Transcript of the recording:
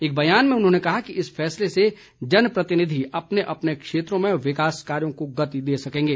एक बयान में उन्होंने कहा कि इस फैसले से जनप्रतिनिधि अपने अपने क्षेत्रों में विकास कार्यों को गति दे सकेंगे